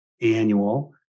annual